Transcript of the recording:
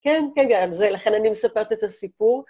כן, כן, גם זה, לכן אני מספרת את הסיפור.